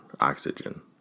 oxygen